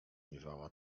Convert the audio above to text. miewała